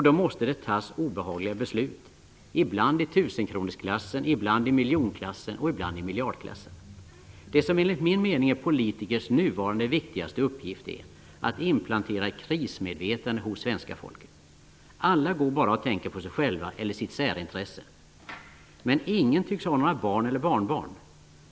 Då måste det fattas obehagliga beslut -- ibland i tusenkronorsklassen, ibland i miljonklassen och ibland i miljardklassen. Det som enligt min mening är politikers för närvarande viktigaste uppgift är följande, nämligen att inplantera ett krismedvetande hos svenska folket. Alla går bara och tänker på sig själva eller sitt särintresse. Men ingen tycks ha några barn eller barnbarn.